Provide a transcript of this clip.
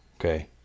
Okay